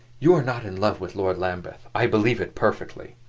you are not in love with lord lambeth i believe it, perfectly.